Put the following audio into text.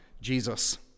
Jesus